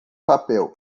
papel